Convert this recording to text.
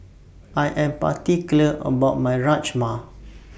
I Am particular about My Rajma